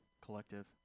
collective